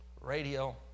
radio